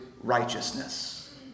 righteousness